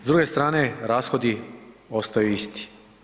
S druge strane rashodi ostaju isti.